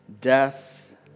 death